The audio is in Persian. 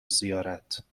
زیارت